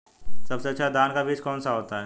सबसे अच्छा धान का बीज कौन सा होता है?